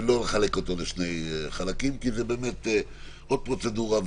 ולא לחלק אותו לשני חלקים כי זה עוד פרוצדורה.